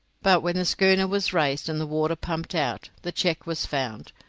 but when the schooner was raised and the water pumped out, the cheque was found,